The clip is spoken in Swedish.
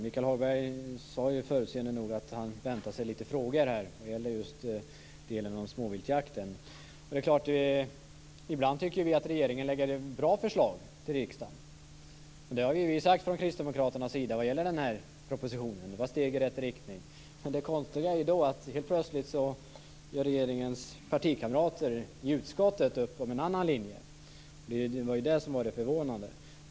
Michael Hagberg sade förutseende nog att han väntade sig lite frågor vad gäller just den del som rör småviltsjakten. Det är klart att vi ibland tycker att regeringen lägger fram bra förslag till riksdagen. Det har vi sagt från kristdemokraternas sida gäller den här propositionen. Det var steg i rätt riktning. Det konstiga är då att helt plötsligt gör regeringens partikamrater i utskottet upp om en annan linje. Det var det som var det förvånande.